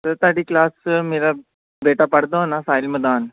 sir ਤੁਹਾਡੀ class 'ਚ ਮੇਰਾ ਬੇਟਾ ਪੜ੍ਹਦਾ ਹੋਣਾ ਸਾਹਿਲ ਮਦਾਨ